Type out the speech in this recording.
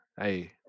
hey